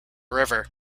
river